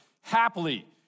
happily